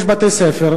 יש בתי-ספר,